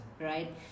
right